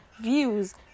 views